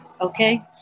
okay